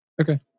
okay